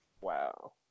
Wow